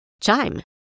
Chime